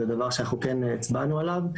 זה דבר שאנחנו כן הצבענו עליו.